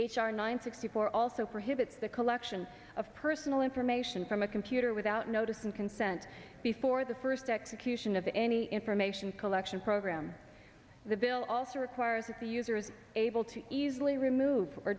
h r nine sixty four also prohibits the collection of personal information from a computer without notice and consent before the first execution of any information collection program the bill also requires that the user is able to easily remove